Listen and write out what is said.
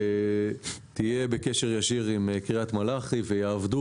תהיה בקשר ישיר עם קריית מלאכי ויעבדו